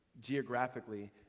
geographically